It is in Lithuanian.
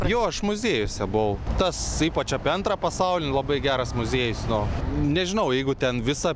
jo aš muziejuose buvau tas ypač apie antrą pasaulinį labai geras muziejus nu nežinau jeigu ten visą